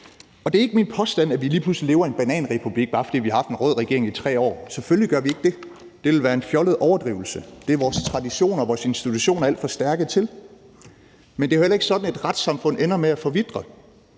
Det er ikke min påstand, at vi lige pludselig lever i en bananrepublik, bare fordi vi har haft en rød regering i 3 år, for selvfølgelig gør vi ikke det. Det ville være en fjollet overdrivelse, og det er vores traditioner og vores institutioner alt for stærke til; men det er jo heller ikke sådan, at et retssamfund ender med at forvitre.